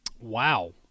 Wow